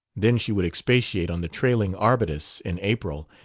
then she would expatiate on the trailing arbutus in april,